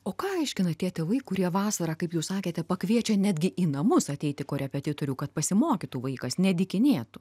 o ką aiškina tėvai kurie vasarą kaip jūs sakėte pakviečia netgi į namus ateiti korepetitorių kad pasimokytų vaikas nedykinėtų